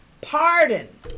pardon